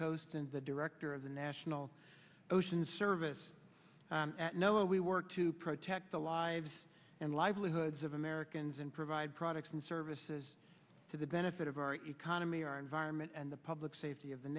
coast and the director of the national oceans service no we work to protect the lives and livelihoods of americans and provide products and services to the benefit of our economy our environment and the public safety of the